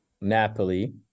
Napoli